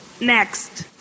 Next